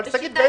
שגית,